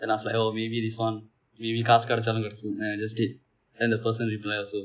and I was like oh maybe this [one] maybe காசு கிடைத்தாலும் கிடைக்கும்:kaasu kidaithaalum kidaikum then I just did then the person reply also